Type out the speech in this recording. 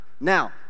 Now